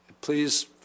Please